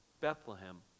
Bethlehem